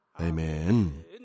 Amen